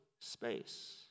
space